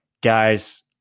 guys